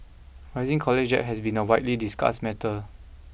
rising college has been a widely discussed matter